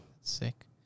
Sick